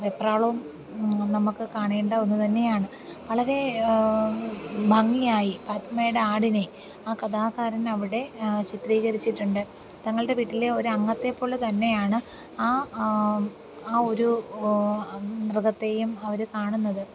വെപ്രളോം നമുക്ക് കാണേണ്ട ഒന്നു തന്നെയാണ് വളരെ ഭംഗിയായി പാത്തുമ്മയുടെ ആടിനെ ആ കഥാകാരൻ അവിടെ ചിത്രീകരിച്ചിട്ടുണ്ട് തങ്ങളുടെ വീട്ടിലെ ഒരു അംഗത്തെ പോലെ തന്നെയാണ് ആ ആ ഒരു മൃഗത്തെയും അവർ കാണുന്നത്